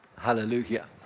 Hallelujah